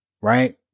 right